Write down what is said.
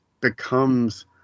Becomes